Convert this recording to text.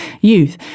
youth